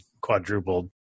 quadrupled